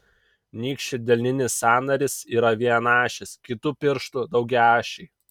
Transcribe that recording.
nykščio delninis sąnarys yra vienaašis kitų pirštų daugiaašiai